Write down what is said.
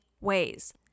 ways